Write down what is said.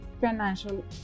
financial